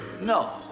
no